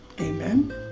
Amen